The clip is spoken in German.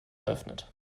eröffnet